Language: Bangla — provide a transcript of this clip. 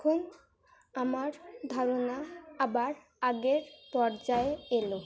তখন আমার ধারণা আবার আগের পর্যায়ে এলো